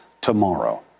tomorrow